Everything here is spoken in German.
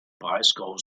breisgau